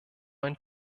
ein